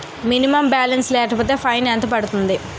Minimum balance లేకపోతే fine ఎంత పడుతుంది?